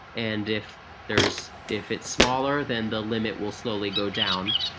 and if there's if it's smaller, then the limit will slowly go down.